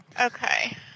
Okay